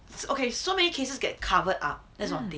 it's okay so many cases get covered up that's one thing